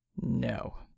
No